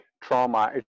trauma